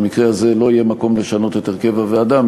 במקרה הזה לא יהיה מקום לשנות את הרכב הוועדה,